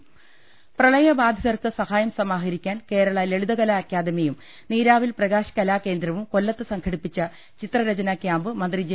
പ്പ് പ്രളയി ബാധിതർക്ക് സഹായം സമാഹരിക്കാൻ കേരള ലളിതകലാ അക്കാദമിയും നീരാവിൽ പ്രകാശ് കലാകേ ന്ദ്രവും കൊല്ലത്ത് സംഘടിപ്പിച്ച ചിത്രരചനാ ക്യാമ്പ് മന്ത്രി ജെ